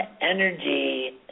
energy